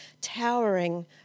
towering